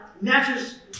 matches